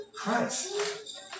Christ